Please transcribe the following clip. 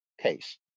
case